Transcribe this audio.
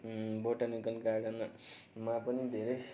botanical गार्डनमा पनि धेरै